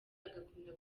agakunda